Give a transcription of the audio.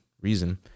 reason